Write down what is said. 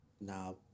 now